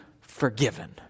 forgiven